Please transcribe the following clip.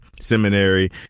seminary